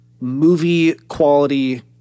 movie-quality